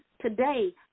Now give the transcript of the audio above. today